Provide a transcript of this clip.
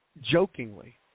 jokingly